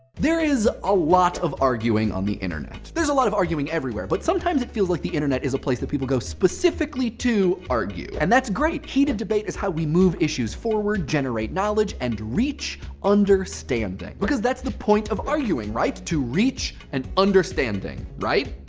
there is a lot of arguing on the internet. there's a lot of arguing everywhere, but sometimes it feels like the internet is a place that people go specifically to argue. and that's great. heated debate is how we move issues forward, generate knowledge, and reach understanding, because that's the point of arguing, right? to reach an understanding. right?